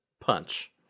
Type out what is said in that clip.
punch